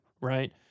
right